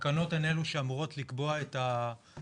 התקנות הן אלו שאמורות לקבוע את הסטנדרטים,